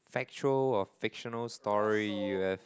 factual or fictional story you have